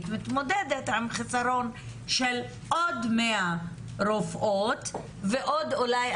מתמודדת עם חסרון של עוד 100 רופאות ועוד אולי,